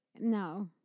No